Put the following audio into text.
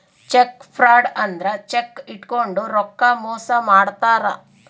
check fraud ಅಂದ್ರ cheque ಇಟ್ಕೊಂಡು ರೊಕ್ಕ ಮೋಸ ಮಾಡ್ತಾರ